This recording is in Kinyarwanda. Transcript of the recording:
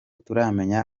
turamenya